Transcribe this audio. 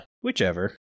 whichever